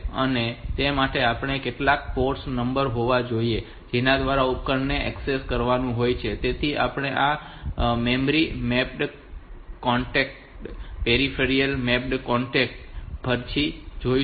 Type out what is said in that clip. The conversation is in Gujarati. તેથી તે માટે આપણી પાસે કેટલાક પોર્ટ નંબર હોવા જોઈએ કે જેના દ્વારા ઉપકરણને એક્સેસ કરવાનું હોય છે તેથી આપણે આ memory mapped concept peripheral mapped concept પછીથી જોઈશું